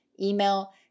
email